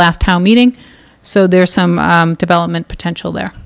last town meeting so there are some development potential there